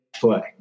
play